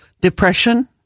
depression